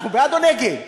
אנחנו בעד או נגד?